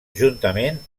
juntament